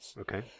Okay